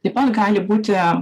taip pat gali būti